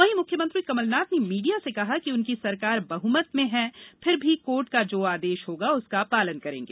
वहीं मुख्यमंत्री कमलनाथ ने मीडिया से कहा कि उनकी सरकार बहुमत में है फिर भी कोर्ट का जो आदेश होगा उसका पालन करेंगे